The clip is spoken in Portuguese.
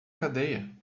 cadeia